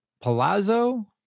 palazzo